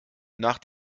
nach